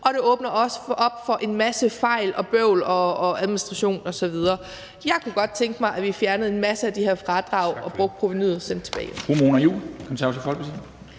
og det åbner også op for en masse fejl, bøvl og administration osv. Jeg kunne godt tænke mig, at vi fjernede en masse af de her fradrag, brugte provenuet og sendte det tilbage.